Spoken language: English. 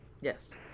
Yes